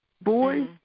Boys